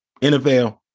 NFL